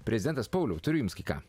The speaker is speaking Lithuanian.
prezidentas pauliau turiu jums kai ką